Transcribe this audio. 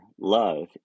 love